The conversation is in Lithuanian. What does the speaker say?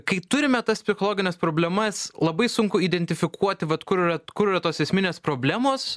kai turime tas psichologines problemas labai sunku identifikuoti vat kur yra kur yra tos esminės problemos